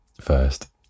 first